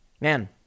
Man